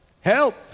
Help